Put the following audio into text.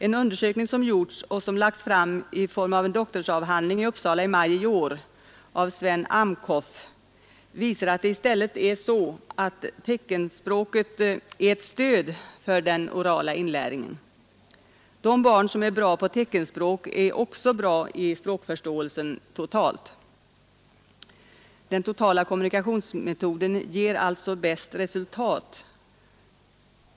En undersökning som gjorts och som lagts fram i en doktorsavhandling i Uppsala i maj i år av Sven Amcoff visar att det i stället är så, att teckenspråket är ett stöd för den orala inlärningen. De barn som är bra på teckenspråk har också bra språkförståelse. Den totala kommunikationsmetoden ger alltså bäst resultat.